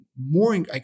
more